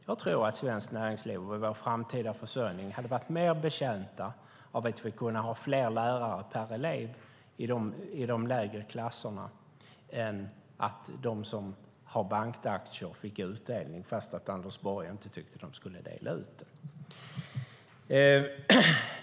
Jag tror att svenskt näringsliv och vår framtida försörjning hade varit mer betjänta av att kunna ha fler lärare per elev i de lägre klasserna än att de som har bankaktier fick utdelning trots att Anders Borg inte tyckte att bankerna skulle dela ut sådan.